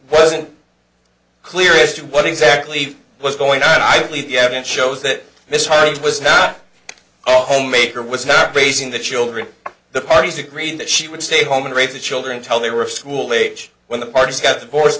wasn't clear as to what exactly was going on i believe the evidence shows that this heart was not all homemaker was not basing the children the parties agreed that she would stay home and raise the children tell they were of school age when the parties got divorced